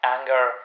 Anger